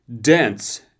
dense